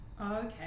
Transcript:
Okay